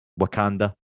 Wakanda